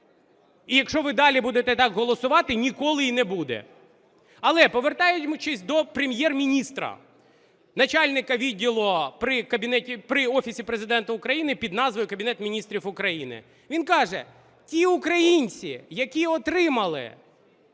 І якщо ви далі будете так голосувати, ніколи і не буде. Але, повертаючись до Прем'єр-міністра, начальника відділу при Офісі Президента України під назвою "Кабінет Міністрів України", він каже: ті українці, які отримали